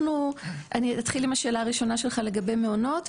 אני אתחיל עם השאלה הראשונה שלך לגבי מעונות.